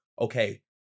Okay